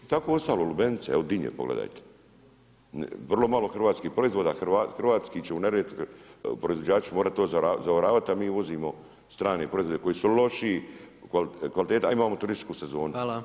Tako ostalo lubenice, evo dinje pogledajte, vrlo malo hrvatskih proizvoda, hrvatski će, u Neretvi će proizvođači morat to zaoravat, a mi uvozimo strane proizvode koji su lošije kvalitete, a imamo turističku sezonu.